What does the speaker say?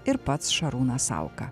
ir pats šarūnas sauka